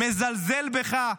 מזלזל בך.